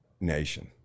nation